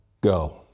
go